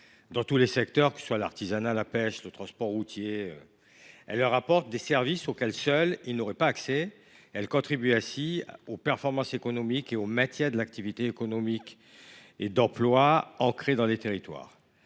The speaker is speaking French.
Dans tous les secteurs, que ce soit l’artisanat, la pêche, ou le transport routier, elles leur apportent des services auxquels, seuls, ils n’auraient pas accès. Elles contribuent ainsi aux performances économiques et au maintien de l’activité et de l’emploi dans les territoires.